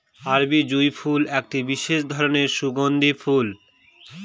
আরবি জুঁই ফুল একটি বিশেষ ধরনের সুগন্ধি ফুল